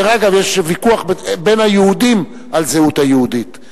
דרך אגב, יש ויכוח בין היהודים על הזהות היהודית,